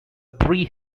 pre